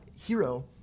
hero